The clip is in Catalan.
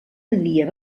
dia